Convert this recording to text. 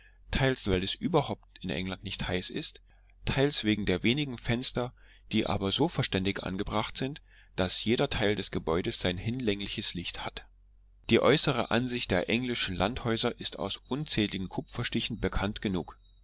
teils weil es überhaupt in england nicht heiß ist teils wegen der wenigen fenster die aber so verständig angebracht sind daß jeder teil des gebäudes sein hinlängliches licht hat die äußere ansicht der englischen landhäuser ist aus unzähligen kupferstichen bekannt genug